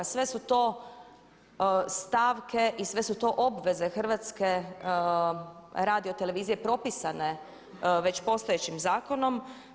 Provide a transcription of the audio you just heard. Sve su to stavke i sve su to obveze HRT-a propisane već postojećim zakonom.